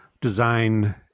design